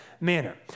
manner